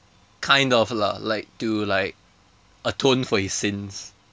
kind of lah like to like atone for his sins